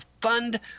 fund